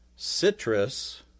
Citrus